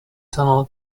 tunnel